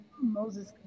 Moses